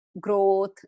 growth